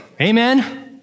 amen